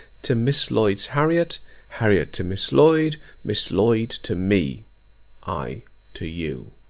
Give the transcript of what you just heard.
to miss lloyd's harriot harriot to miss lloyd miss lloyd to me i to you